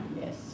yes